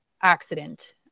accident